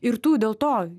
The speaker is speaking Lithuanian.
ir tų dėl to